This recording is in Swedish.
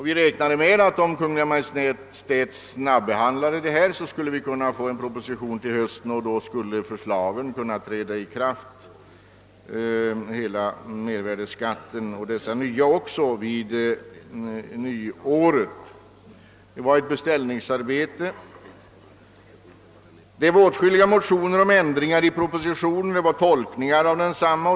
Vi räknade med att vi, om Kungl. Maj:t snabbehandlade ärendet, skulle kunna lägga fram en proposition till hösten och att mervärdeskatten skulle kunna träda i kraft på nyåret. Det var alltså fråga om ett beställningsarbete. Åtskilliga motioner om ändringar av propositionen inkom liksom om olika tolkningar av densamma.